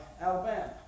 Alabama